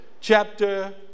chapter